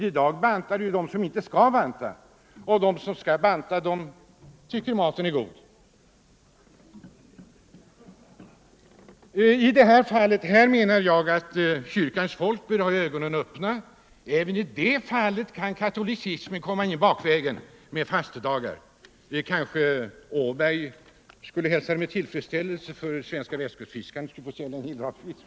I dag bantar de som inte skall banta, och de som skall banta tycker att mat är gott. Här menar jag att kyrkan bör ha ögonen öppna. Även i det fallet kan katolicismen komma in bakvägen med fastedagar. Det kanske herr Åberg i Västkustfiskarnas centralförbund skulle hälsa med tillfredsställelse, för de svenska västkustfiskarna skulle då få sälja mer fisk.